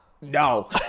No